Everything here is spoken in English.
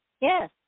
Yes